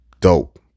dope